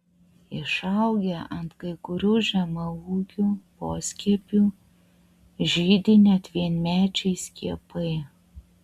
išaugę ant kai kurių žemaūgių poskiepių žydi net vienmečiai skiepai